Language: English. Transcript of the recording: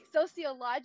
sociological